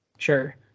Sure